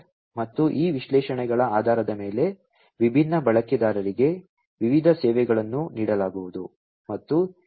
ಮತ್ತು ಈ ವಿಶ್ಲೇಷಣೆಗಳ ಆಧಾರದ ಮೇಲೆ ವಿಭಿನ್ನ ಬಳಕೆದಾರರಿಗೆ ವಿವಿಧ ಸೇವೆಗಳನ್ನು ನೀಡಲಾಗುವುದು